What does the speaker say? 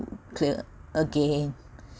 to clear again